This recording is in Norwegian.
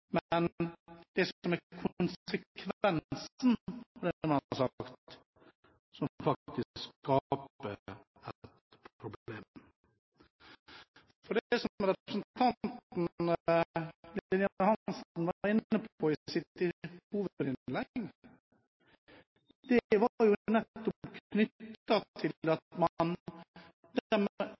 men det er det som er konsekvensen av det man har sagt, som faktisk skaper et problem. Det som representanten Lillian Hansen var inne på i sitt hovedinnlegg, var knyttet til at de vedtakene, den avtalebiten, i klimaforliket ligger fast. De ville ikke se på det. Det er jo nettopp den biten som er til hinder for at